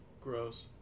gross